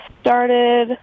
started